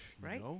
right